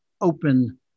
open